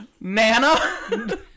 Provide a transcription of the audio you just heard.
Nana